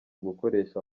gukoresha